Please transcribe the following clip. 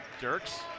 Dirks